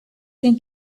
can